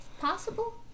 Possible